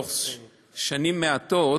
בתוך שנים מעטות,